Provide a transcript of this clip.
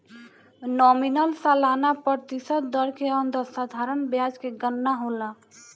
nominal सालाना प्रतिशत दर के अंदर साधारण ब्याज के गनना होला